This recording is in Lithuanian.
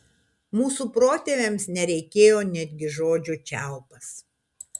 mūsų protėviams nereikėjo netgi žodžio čiaupas